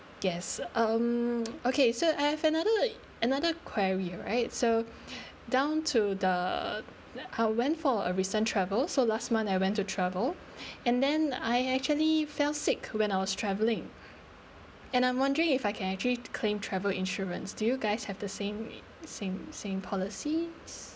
yes um okay so I have another another quiry right so down to the I went for a recent travel so last month I went to travel and then I actually fell sick when I was travelling and I'm wondering if I can actually claim travel insurance do you guys have the same same same policies